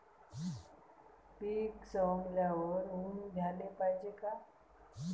पीक सवंगल्यावर ऊन द्याले पायजे का?